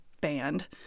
band